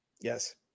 Yes